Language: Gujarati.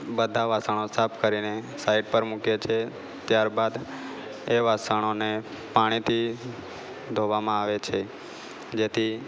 બધાં વાસણો સાફ કરીને સાઈડ પર મૂકીએ છે ત્યારબાદ એ વાસણોને પાણીથી ધોવામાં આવે છે જેથી